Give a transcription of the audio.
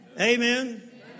Amen